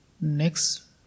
next